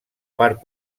part